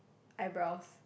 eyebrows